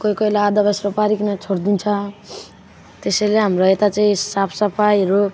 कोही कोहीलाई आधा बेस्रो पारीकन छोडिदिन्छ त्यसैले हाम्रो यता चाहिँ साफ सफाइहरू